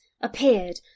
appeared